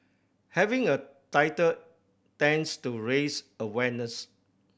having a title tends to raise awareness